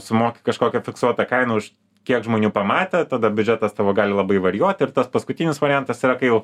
sumoki kažkokią fiksuotą kainą už kiek žmonių pamatė tada biudžetas tavo gali labai varijuoti ir tas paskutinis variantas yra kai jau